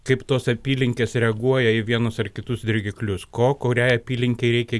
kaip tos apylinkės reaguoja į vienus ar kitus dirgiklius ko kuriai apylinkei reikia